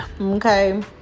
Okay